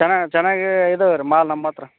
ಚೆನ್ನಾಗಿ ಚೆನ್ನಾಗಿ ಇದಾವ ರೀ ಮಾಲ್ ನಮ್ಮ ಹತ್ರ